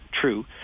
true